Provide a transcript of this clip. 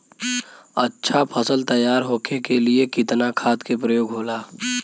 अच्छा फसल तैयार होके के लिए कितना खाद के प्रयोग होला?